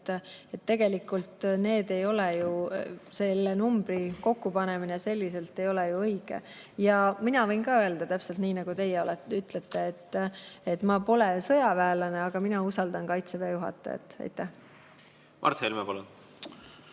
et tegelikult selle numbri kokkupanemine selliselt ei ole õige. Ja mina võin ka öelda, täpselt nii, nagu teie ütlete: ma pole sõjaväelane, aga mina usaldan Kaitseväe juhatajat. Mart Helme, palun!